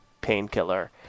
painkiller